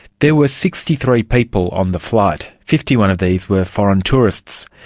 there were sixty three people on the flight, fifty one of these were foreign tourists.